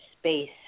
space